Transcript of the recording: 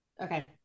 okay